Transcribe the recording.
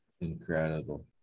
incredible